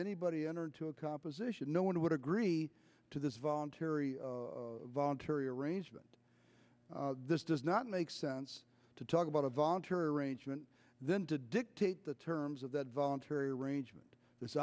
anybody enter into a composition no one would agree to this voluntary voluntary arrangement this does not make sense to talk about a voluntary arrangement then to dictate the terms of that voluntary arrangement th